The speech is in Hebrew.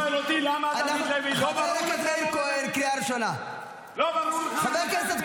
כשאתה שואל אותי למה דוד לוי, לא ברור לך למה